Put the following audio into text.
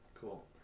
Cool